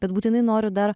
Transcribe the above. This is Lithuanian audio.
bet būtinai noriu dar